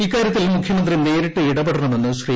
ഇക്കാര്യത്തിൽ മുഖ്യമന്ത്രി നേരിട്ട് ഇടപെട്ടണമെന്ന് ശ്രീ